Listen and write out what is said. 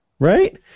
Right